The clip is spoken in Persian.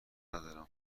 ندارم